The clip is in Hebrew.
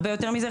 הרבה יותר מזה,